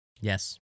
Yes